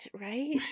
Right